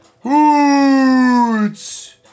Hoots